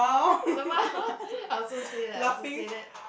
lmao I also say that I also say that